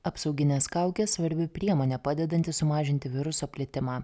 apsauginės kaukės svarbi priemonė padedanti sumažinti viruso plitimą